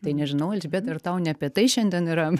tai nežinau elžbieta ar tau ne apie tai šiandien yra